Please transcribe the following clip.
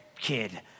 kid